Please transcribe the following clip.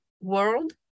world